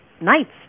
nights